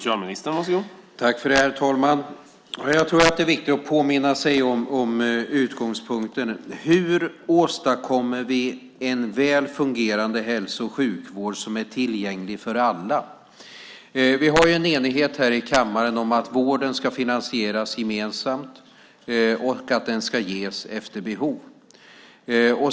Herr talman! Jag tror att det är viktigt att påminna sig utgångspunkten: Hur åstadkommer vi en väl fungerande hälso och sjukvård som är tillgänglig för alla? Vi har en enighet här i kammaren om att vården ska finansieras gemensamt och att den ska ges efter behov.